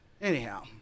Anyhow